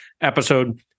episode